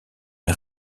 une